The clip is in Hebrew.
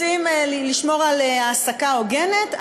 רוצים לשמור על העסקה הוגנת,